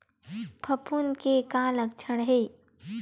फफूंद के का लक्षण हे?